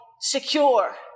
secure